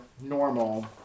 normal